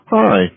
Hi